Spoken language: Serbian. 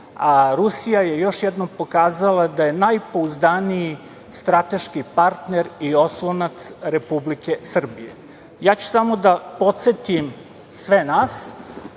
a Rusija je još jednom pokazala da je najpouzdaniji strateški partner i oslonac Republike Srbije. Ja ću samo da podsetim sve nas